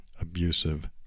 abusive